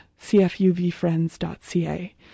cfuvfriends.ca